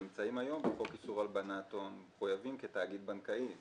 נמצאים כבר היום בחוק איסור הלבנת הון ומחויבים כתאגיד בנקאי.